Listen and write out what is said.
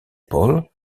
pol